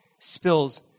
spills